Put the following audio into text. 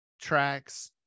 tracks